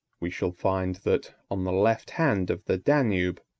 we shall find that, on the left hand of the danube,